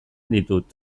ditut